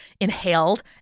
inhaled